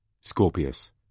Scorpius